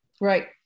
Right